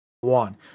one